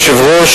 אדוני היושב-ראש,